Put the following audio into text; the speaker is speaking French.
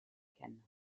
cannes